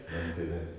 nonsense kan